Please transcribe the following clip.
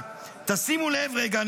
שימו לב לרגע.